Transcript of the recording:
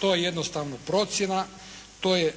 To je jednostavno procjena. To je